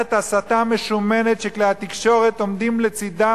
מערכת הסתה משומנת שכלי התקשורת עומדים לצדה,